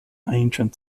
ancient